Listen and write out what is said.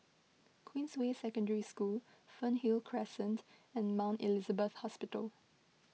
Queensway Secondary School Fernhill Crescent and Mount Elizabeth Hospital